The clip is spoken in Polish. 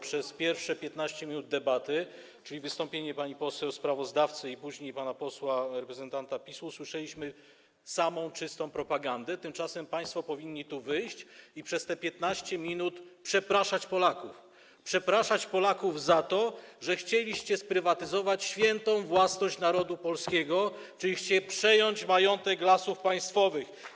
Przez pierwsze 15 minut debaty, czyli podczas wystąpienia pani poseł sprawozdawcy i później pana posła, reprezentanta PiS-u, usłyszeliśmy samą czystą propagandę, tymczasem państwo powinni tu wyjść i przez te 15 minut przepraszać Polaków za to, że chcieliście sprywatyzować świętą własność narodu polskiego, czyli przejąć majątek Lasów Państwowych.